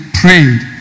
prayed